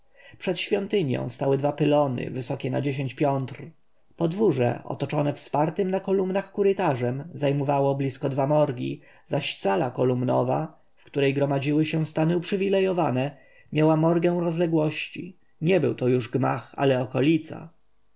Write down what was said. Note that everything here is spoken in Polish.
przed świątynią stały dwa pylony wysokie na dziesięć piętr podwórze otoczone wspartym na kolumnach korytarzem zajmowało blisko dwie morgi zaś sala kolumnowa w której gromadziły się stany uprzywilejowane miała morgę rozległości nie był to już gmach ale okolica